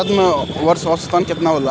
भारत में वर्षा औसतन केतना होला?